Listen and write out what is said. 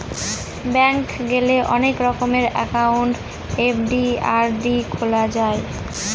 bank গেলে অনেক রকমের একাউন্ট এফ.ডি, আর.ডি খোলা যায়